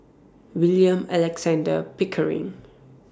William Alexander Pickering